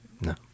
No